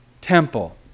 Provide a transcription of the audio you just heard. temple